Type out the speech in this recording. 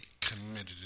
committed